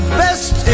best